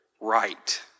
right